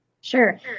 Sure